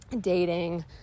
dating